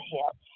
help